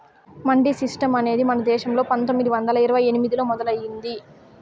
mandi system అనేది మన దేశంలో పందొమ్మిది వందల ఇరవై ఎనిమిదిలో మొదలయ్యింది